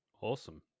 Awesome